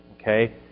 Okay